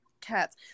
cats